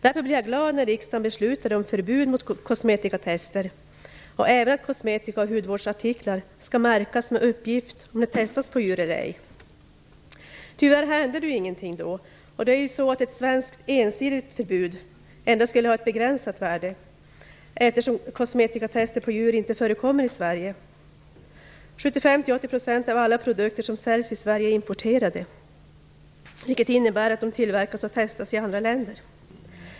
Därför blev jag glad när riksdagen beslutade om förbud mot kosmetikatest och att kosmetika och hudvårdsartiklar skall märkas med uppgift om huruvida de testats på djur eller ej. Tyvärr hände det ingenting då, och ett svenskt ensidigt förbud skulle ju endast ha ett begränsat värde eftersom kosmetikatest på djur inte förekommer i Sverige. Av de produkter av detta slag som säljs i Sverige är 75-80 % importerade, vilket innebär att de tillverkas och testas i andra länder.